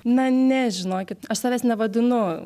na ne žinokit aš savęs nevadinu